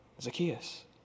Zacchaeus